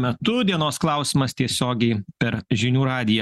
metu dienos klausimas tiesiogiai per žinių radiją